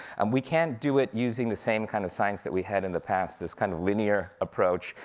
and we can't do it using the same kind of science that we had in the past, this kind of linear approach,